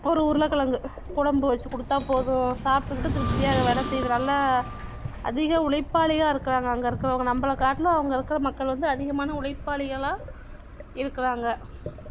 ஒரு உருளைக்கெழங்கு குழம்பு வச்சு கொடுத்தா போதும் சாப்பிட்டுக்கிட்டு திருப்தியாக வேலை செய்கிறதுனால அதிக உழைப்பாளியாக இருக்காங்க அங்கே இருக்கிறவங்க நம்பளைக்காட்லும் அங்கே இருக்கிற மக்கள் வந்து அதிகமான உழைப்பாளிகளாக இருக்கிறாங்க